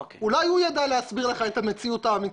אולי הוא יוכל להסביר לך את המציאות האמיתית.